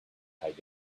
height